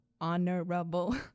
honorable